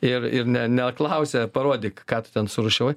ir ir ne neklausia parodyk ką ten surūšiavai